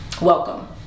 Welcome